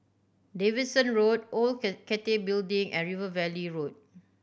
Davidson Road Old Cathay Building and River Valley Road